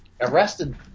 arrested